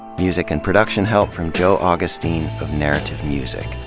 music and production help from joe augustine of narrative music.